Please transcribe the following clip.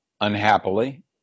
Unhappily